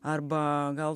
arba gal